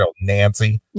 Nancy